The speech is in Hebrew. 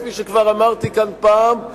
כפי שכבר אמרתי כאן פעם,